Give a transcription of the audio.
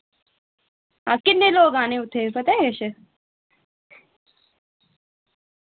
हां किन्ने लोक आने उत्थे पता किश